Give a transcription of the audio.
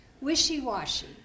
wishy-washy